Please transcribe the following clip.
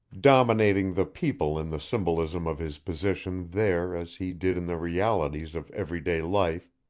dominating the people in the symbolism of his position there as he did in the realities of every-day life,